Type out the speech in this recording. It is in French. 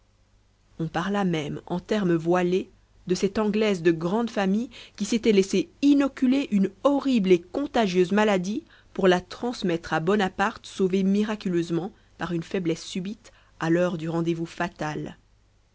on parla même en termes voilés de cette anglaise de grande famille qui s'était laissé inoculer une horrible et contagieuse maladie pour la transmettre à bonaparte sauvé miraculeusement par une faiblesse subite à l'heure du rendez-vous fatal